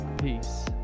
Peace